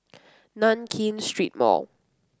Nankin Street Mall